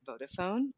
Vodafone